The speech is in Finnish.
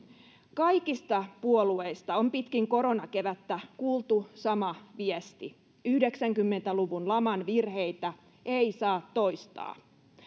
kaikista puolueista on pitkin koronakevättä kuultu sama viesti yhdeksänkymmentä luvun laman virheitä ei saa toistaa